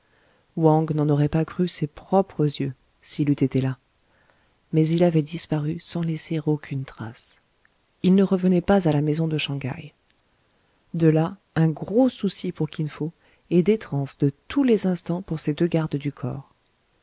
wang n'en aurait pas cru ses propres yeux s'il eût été là mais il avait disparu sans laisser aucune trace il ne revenait pas à la maison de shang haï de là un gros souci pour kin fo et des transes de tous les instants pour ses deux gardes du corps